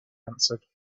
answered